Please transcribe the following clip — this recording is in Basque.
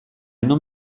non